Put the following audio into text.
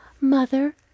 Mother